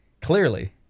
Clearly